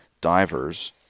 Divers